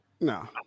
No